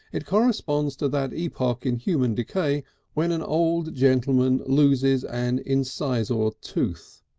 it corresponds to that epoch in human decay when an old gentleman loses an incisor tooth.